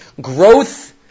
Growth